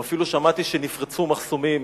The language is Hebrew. או אפילו שמעתי שנפרצו מחסומים.